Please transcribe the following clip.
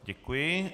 Děkuji.